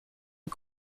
und